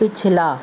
پچھلا